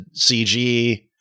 CG